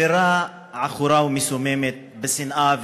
אווירה עכורה ומסוממת בשנאה,